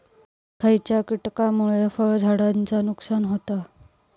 खयच्या किटकांमुळे फळझाडांचा नुकसान होता?